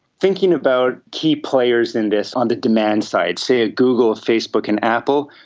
thinking about key players in this on the demand side, say google, facebook and apple,